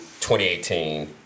2018